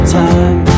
time